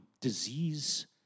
disease